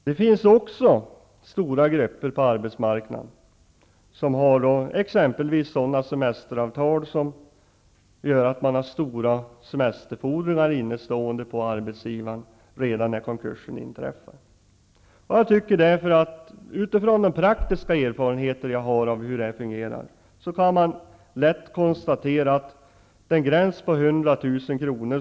Det finns också stora grupper på arbetsmarknaden som exempelvis har sådana semesteravtal att de har stora semesterfordringar innestående hos arbetsgivaren redan när konkursen inträffar. Utifrån de praktiska erfarenheter som jag har, kan jag lätt konstatera att den gräns på 100 000 kr.